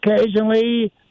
occasionally